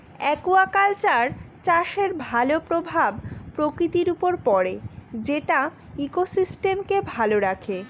aquaculture চাষের ভালো প্রভাব প্রকৃতির উপর পড়ে যেটা ইকোসিস্টেমকে ভালো রাখে